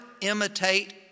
imitate